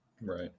Right